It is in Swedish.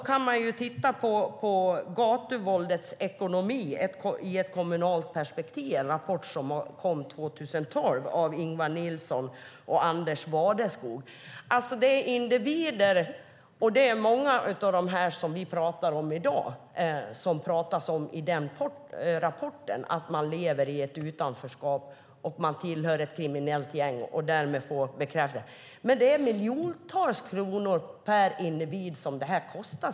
Man kan titta på Gatuvåldets ekonomi - ett kommunalt perspektiv , en rapport av Ingvar Nilsson och Anders Wadeskog från 2012 som i mycket handlar om den grupp vi pratar om i dag. Det är individer som lever i utanförskap och blir bekräftade genom att tillhöra ett kriminellt gäng. Detta kostar samhället miljontals kronor per individ.